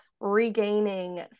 regaining